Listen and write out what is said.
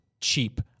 cheap